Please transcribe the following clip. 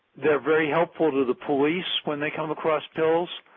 they are very helpful to the police when they come across pills.